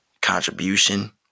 contribution